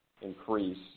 increase